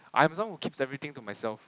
I am someone who keeps everything to myself